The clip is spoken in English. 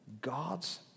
God's